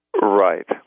Right